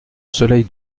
soleil